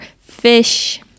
fish